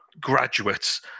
graduates